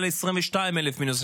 לתאים שבהם מוחזקים האסירים החשודים,